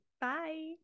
bye